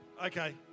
Okay